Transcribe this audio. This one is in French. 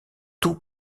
tout